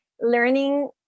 learning